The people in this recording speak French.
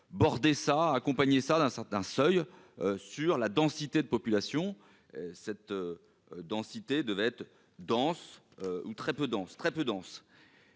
bordée ça accompagné ça d'un certain seuil sur la densité de population cette densité devait être dense ou très peu dense, très peu dense,